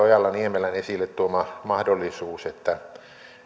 ojala niemelän esille tuoma mahdollisuus että